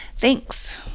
Thanks